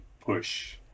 push